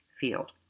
field